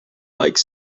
like